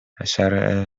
حشره